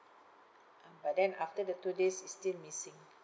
uh but then after the two days it's still missing